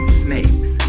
snakes